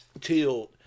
tilled